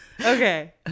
okay